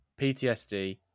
PTSD